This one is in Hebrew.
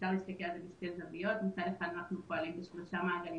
אפשר להסתכל על זה בשתי זוויות: מצד אחד אנחנו פועלים בשלושה מעגלים